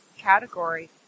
category